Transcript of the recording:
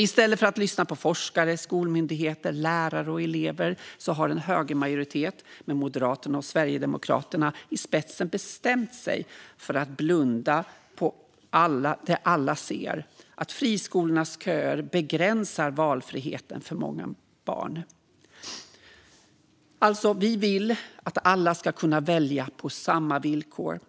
I stället för att lyssna på forskare, skolmyndigheter, lärare och elever har en högermajoritet med Moderaterna och Sverigedemokraterna i spetsen bestämt sig för att blunda för det alla ser: att friskolornas köer begränsar valfriheten för många barn. Vi vill att alla ska kunna välja på samma villkor.